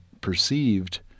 perceived